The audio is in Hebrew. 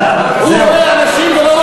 הוא רואה אנשים, תודה.